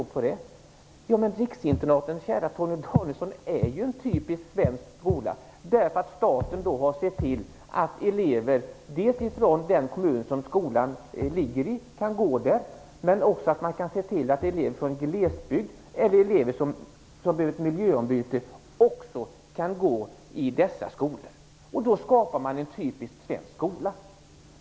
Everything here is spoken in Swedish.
Ja, men käre Torgny Danielsson, ett riksinternat är en typisk svensk skola! Staten har ju där sett till att elever från den kommun där skolan ligger och även elever från glesbygden eller elever som behöver miljöombyte kan gå i dessa skolor. Då skapar man en typisk svensk skola.